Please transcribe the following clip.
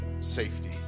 safety